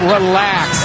Relax